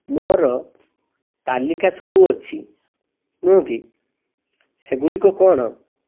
ମୋର ତାଲିକା ସବୁ ଅଛି ନୁହଁ କି ସେଗୁଡ଼ିକ କ'ଣ